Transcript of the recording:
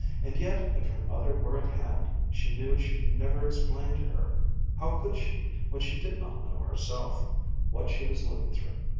and yet if her mother were at hand, she knew she could never explain to her how could she, when she did not know herself what she was living through.